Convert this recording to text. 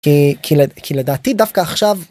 כי כי כי לדעתי דווקא עכשיו.